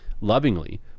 lovingly